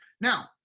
Now